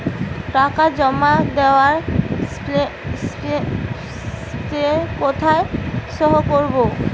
টাকা জমা দেওয়ার স্লিপে কোথায় সই করব?